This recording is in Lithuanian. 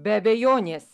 be abejonės